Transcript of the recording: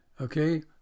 Okay